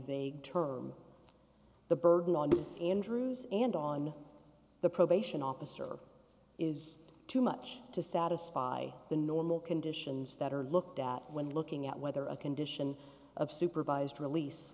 vague term the burden on this andrews and on the probation officer is too much to satisfy the normal conditions that are looked at when looking at whether a condition of supervised release